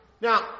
Now